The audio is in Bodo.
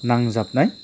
नांजाबनाय